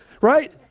right